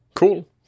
cool